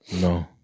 No